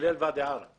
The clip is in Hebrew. כולל ואדי ערה.